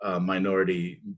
Minority